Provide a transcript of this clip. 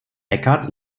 eckart